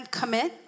commit